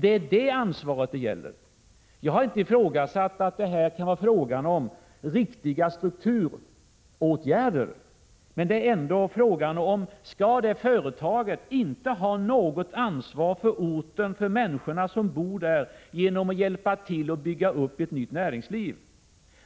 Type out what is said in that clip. Det är det ansvaret det gäller. Jag har inte ifrågasatt att det här kan gälla riktiga strukturåtgärder. Men frågan är ändå om det företaget inte skall ha något ansvar för orten, för människorna som bor där, och hjälpa till att bygga upp ett nytt näringsliv.